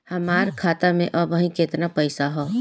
हमार खाता मे अबही केतना पैसा ह?